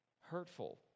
hurtful